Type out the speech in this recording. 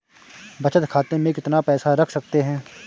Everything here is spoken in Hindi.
बचत खाते में कितना पैसा रख सकते हैं?